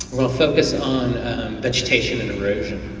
focus on vegetation and erosion.